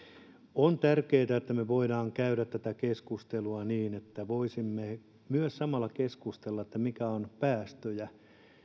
on tärkeätä että me voimme käydä tätä keskustelua niin että voisimme myös samalla keskustella siitä mitkä ovat päästöjä